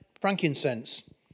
frankincense